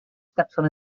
stepson